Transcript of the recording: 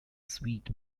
sweet